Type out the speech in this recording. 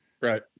right